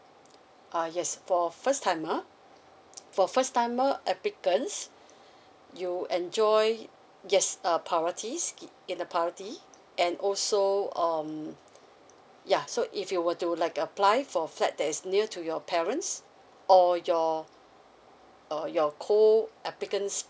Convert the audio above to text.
uh yes for first timer for first timer applicants you'll enjoy yes uh priorities in in the priority and also um ya so if you were to like apply for flat that is near to your parents or your or your co applicant's